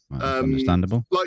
Understandable